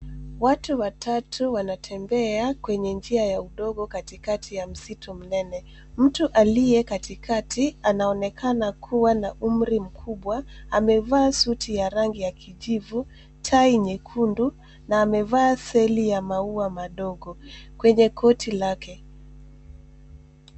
Watu watatu wanatembea kwenye njia ya udogo katikati ya msitu mnene. Mtu aliye katikati anaonekana kuwa na umri mkubwa. Amevaa suti ya rangi ya kijivu, tai nyekundu na amevaa seli ya maua madogo kwenye koti lake.